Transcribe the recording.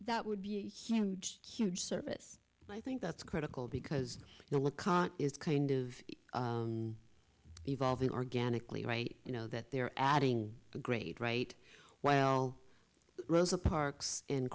that would be a huge huge service i think that's critical because you look it's kind of evolving organically right you know that they're adding a great right well rosa parks and